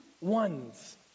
ones